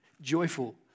joyful